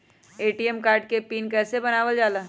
ATM card के pin कैसे बनावल जाला?